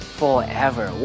forever